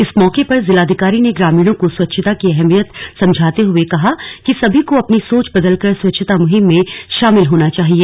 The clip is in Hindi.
इस मौके पर जिलाधिकारी ने ग्रामीणों को स्वच्छता की अहमियत समझाते हुए कहा कि सभी को अपनी सोच बदलकर स्वच्छता मुहिम में शामिल होना चाहिए